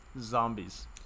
Zombies